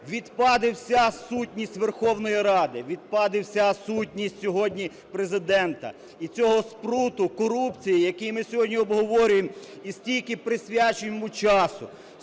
Відпаде вся сутність Верховної Ради, відпаде вся сутність сьогодні Президента і цього спруту – корупції, який ми сьогодні обговорюємо і стільки присвячуємо йому часу,